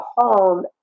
home